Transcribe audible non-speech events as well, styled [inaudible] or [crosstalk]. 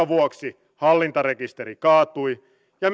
[unintelligible] vuoksi hallintarekisteri kaatui ja [unintelligible]